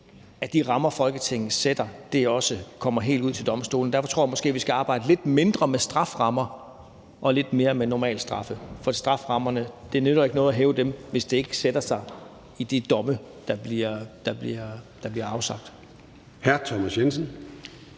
at de rammer, Folketinget sætter, også kommer helt ud til domstolen. Derfor tror jeg måske, vi skal arbejde lidt mindre med strafferammer og lidt mere med normalstraffe. For det nytter ikke noget at hæve strafferammerne, hvis det ikke sætter sig i de domme, der bliver afsagt.